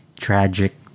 tragic